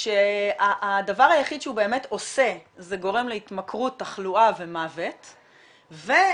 שהדבר היחיד שהוא באמת עושה זה גורם להתמכרות תחלואה ומוות והרווחים